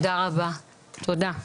תודה רבה ששיתפת.